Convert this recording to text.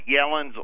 Yellen's